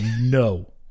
no